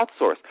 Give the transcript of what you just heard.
outsource